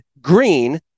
green